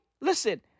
listen